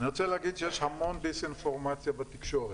אני רוצה להגיד שיש המון דיס-אינפורמציה בתקשורת.